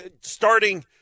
starting